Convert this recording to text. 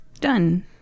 Done